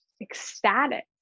ecstatic